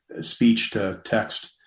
speech-to-text